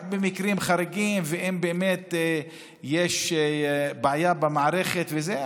רק במקרים חריגים ואם באמת יש בעיה במערכת וזה.